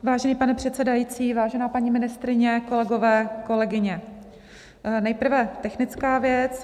Vážený pane předsedající, vážená paní ministryně, kolegové, kolegyně, nejprve technická věc.